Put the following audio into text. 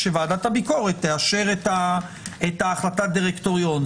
שוועדת הביקורת תאפשר את החלטת דירקטוריון.